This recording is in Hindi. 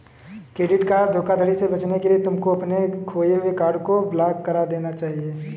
क्रेडिट कार्ड धोखाधड़ी से बचने के लिए तुमको अपने खोए हुए कार्ड को ब्लॉक करा देना चाहिए